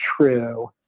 true